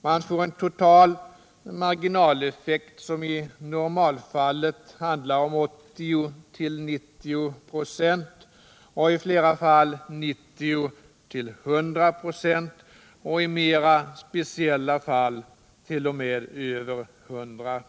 Man får en total marginaleffekt som i normalfallet handlar om 80-90 96, i flera fall 90-100 926 och i mera speciella fall t.o.m. över 100 96.